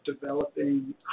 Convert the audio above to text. developing